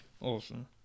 Awesome